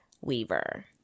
Weaver